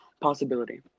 possibility